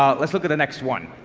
um let's look at the next one.